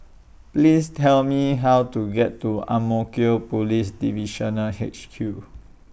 Please Tell Me How to get to Ang Mo Kio Police Divisional H Q